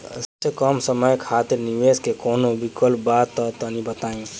सबसे कम समय खातिर निवेश के कौनो विकल्प बा त तनि बताई?